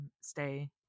stay